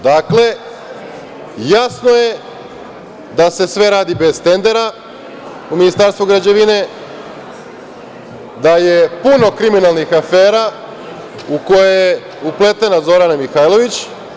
Dakle, jasno je da se sve radi bez tendera u Ministarstvu građevine, da je puno kriminalnih afera u koje je upletena Zorana Mihajlović.